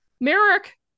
Merrick